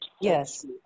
Yes